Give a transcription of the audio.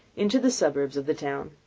into the suburbs of the town.